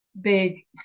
big